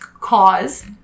cause